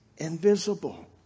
invisible